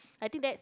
I think that's